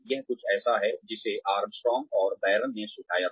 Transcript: यह कुछ ऐसा है जिसे आर्मस्ट्रांग और बैरन ने सुझाया था